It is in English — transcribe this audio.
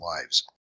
lives